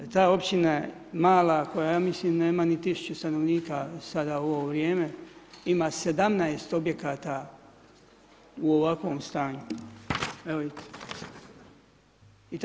Ta općina, mala koja ja mislim nema ni 1000 stanovnika, sada u ovo vrijeme, ima 17 objekata u ovakvom stanju, evo vidite.